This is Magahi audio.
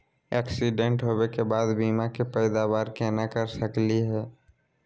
एक्सीडेंट होवे के बाद बीमा के पैदावार केना कर सकली हे?